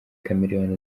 chameleone